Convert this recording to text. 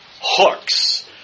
hooks